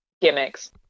gimmicks